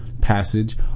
passage